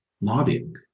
lobbying